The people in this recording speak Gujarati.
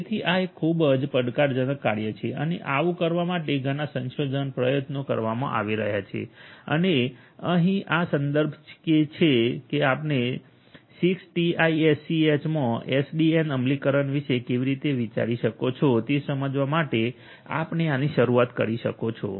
તેથી આ એક ખૂબ જ પડકારજનક કાર્ય છે અને આવું કરવા માટે ઘણા સંશોધન પ્રયત્નો કરવામાં આવી રહ્યા છે અને અહીં આ સંદર્ભ છે કે આપણે 6ટીઆઈએસસીએચ માં એસડીએન અમલીકરણ વિશે કેવી રીતે વિચારી શકો છો તે સમજવા માટે આપણે આની શરૂઆત કરી શકો છો